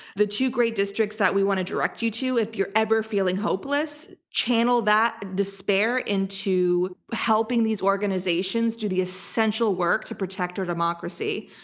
the two great districts that we want to direct you to, if you're ever feeling hopeless, channel that despair into helping these organizations do the essential work to protect our democracy.